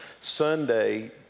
Sunday